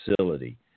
facility